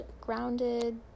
grounded